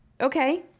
Okay